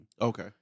Okay